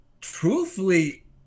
truthfully